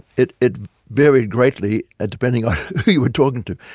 it it varied greatly ah depending on who you were talking to